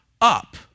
up